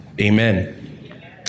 amen